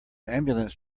ambulance